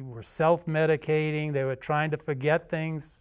were self medicating they were trying to forget things